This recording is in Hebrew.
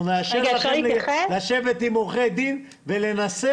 אנחנו נאשר לשבת עם עורכי דין ולנסח.